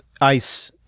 ice